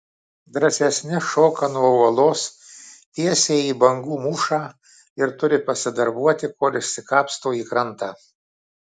drąsesni šoka nuo uolos tiesiai į bangų mūšą ir turi pasidarbuoti kol išsikapsto į krantą